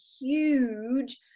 huge